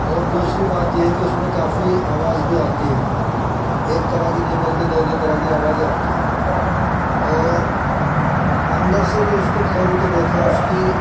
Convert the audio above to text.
اور دوسری بات یہ ہے کہ اس میں کافی آواز بھی آتی ہے ایک طرح کی نہیں بلکہ دو دو طرح کی آوازیں آتی ہیں اور اندر سے جو اس کو کھول کے دیکھا اس کی